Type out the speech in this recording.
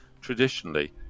traditionally